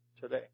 today